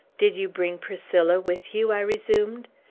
did you bring priscilla with you? i resumed.